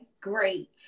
great